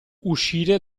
uscire